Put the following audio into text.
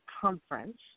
conference